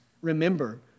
remember